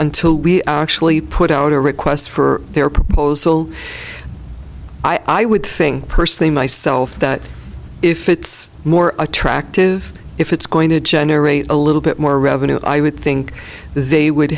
until we actually put out a request for their proposal i would think personally myself that if it's more attractive if it's going to generate a little bit more revenue i would think they would